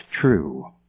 true